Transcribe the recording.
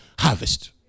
Harvest